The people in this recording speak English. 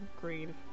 green